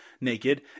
naked